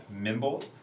Mimble